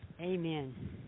Amen